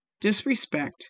disrespect